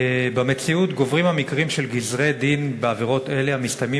במציאות גוברים המקרים של גזרי-דין בעבירות אלה המסתיימים